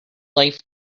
life